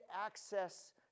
access